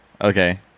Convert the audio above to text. okay